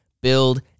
build